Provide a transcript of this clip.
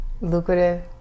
lucrative